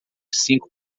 cinco